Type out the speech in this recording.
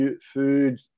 food